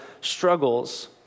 struggles